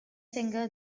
finger